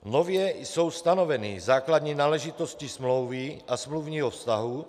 Nově jsou stanoveny základní náležitosti smlouvy a smluvního vztahu.